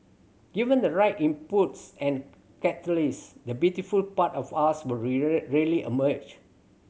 given the right impetus and catalyst the beautiful part of us really emerge